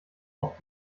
auf